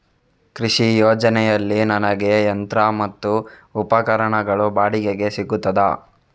ಕೃಷಿ ಯೋಜನೆ ಅಡಿಯಲ್ಲಿ ನನಗೆ ಯಂತ್ರ ಮತ್ತು ಉಪಕರಣಗಳು ಬಾಡಿಗೆಗೆ ಸಿಗುತ್ತದಾ?